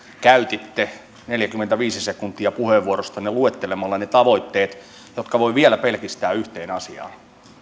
käytitte neljäkymmentäviisi sekunttia puheenvuorostanne luettelemalla ne tavoitteet jotka voi vielä pelkistää yhteen asiaan